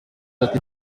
ati